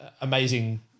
amazing